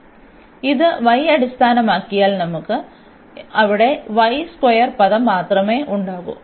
അതിനാൽ ഇത് y അടിസ്ഥാനമാക്കിയാൽ നമുക്ക് അവിടെ y സ്ക്വയർ പദം മാത്രമേ ഉണ്ടാകൂ